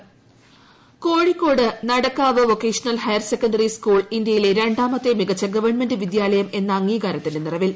government വിദ്യാലയം Kozhikode Nadakkavu vocational higher secondary school ഇന്ത്യയിലെ രണ്ടാമത്തെ മികച്ച ഗവൺമെന്റ് വിദ്യാലയം എന്ന അംഗീകാരത്തിന്റെ നിറവിൽ